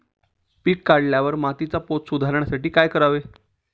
पीक काढल्यावर मातीचा पोत सुधारण्यासाठी काय करावे?